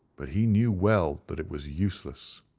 but he knew well that it was useless.